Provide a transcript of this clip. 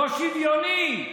לא שוויוני.